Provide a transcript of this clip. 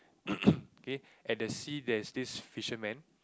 okay at the sea there's this fisherman